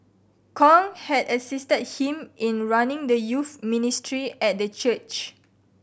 Kong had assisted him in running the youth ministry at the church